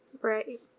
Right